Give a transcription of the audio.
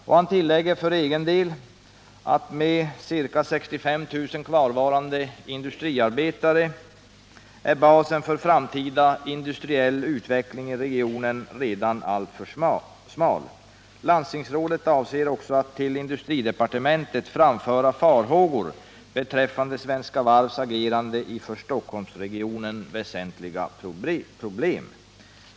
Och han tillägger för egen del att med ca 65 000 kvarvarande industriarbetare är basen för framtida industriell utveckling i regionen redan alltför smal. Landstingsrådet avser också att till industridepartementet framföra farhågor beträffande Svenska Varvs agerande i för Stockholmsregionen väsentliga problem.